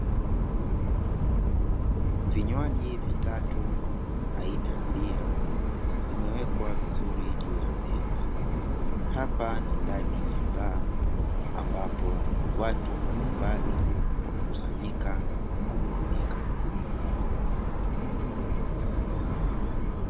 Vinywaji vitatu aina ya bia vimewekwa vizuri juu ya meza, hapa ni ndani ya baa ambapo watu mbalimbali wamekusanyika kuburudika.